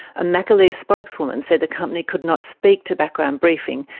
a mcaleese spokeswoman said the company could not speak to background briefing,